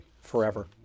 Forever